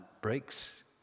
breaks